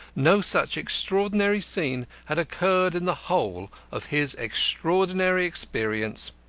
no such extraordinary scene had occurred in the whole of his extraordinary experience.